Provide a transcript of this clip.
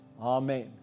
Amen